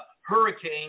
hurricane